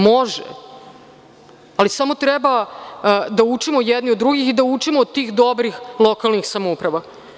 Može, ali samo treba da učimo jedni od drugih i da učimo od tih dobrih lokalnih samouprava.